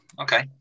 Okay